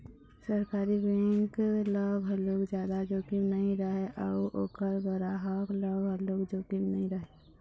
सरकारी बेंक ल घलोक जादा जोखिम नइ रहय अउ ओखर गराहक ल घलोक जोखिम नइ रहय